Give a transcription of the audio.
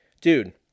dude